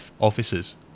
officers